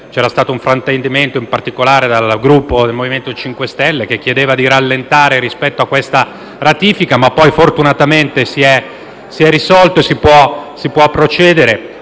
c'era stato un fraintendimento, in particolare con il Gruppo del MoVimento 5 Stelle che chiedeva di rallentare rispetto alla ratifica, ma poi fortunatamente si è risolto e abbiamo potuto procedere.